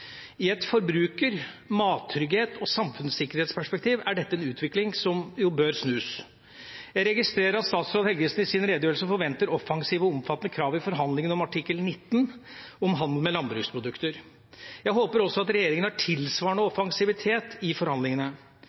I et forbruker-, mattrygghets- og samfunnssikkerhetsperspektiv er dette en utvikling som bør snus. Jeg registrerer at statsråd Helgesen i sin redegjørelse forventer «omfattende og offensive krav» i forhandlingene om artikkel 19, om handel med landbruksprodukter. Jeg håper også at regjeringa er tilsvarende offensiv i forhandlingene.